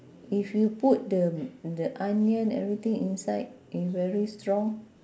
if you put the the onion everything inside if very strong